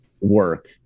work